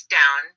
down